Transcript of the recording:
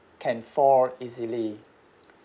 can fall easily